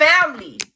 family